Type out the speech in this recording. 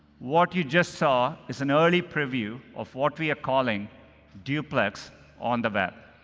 what you just saw is an early preview of what we are calling duplex on the web.